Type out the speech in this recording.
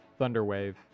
Thunderwave